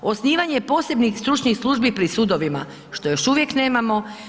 Osnivanje posebnih stručnih službi pri sudovima, što još uvijek nemamo.